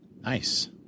Nice